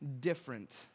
different